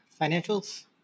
financials